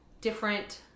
different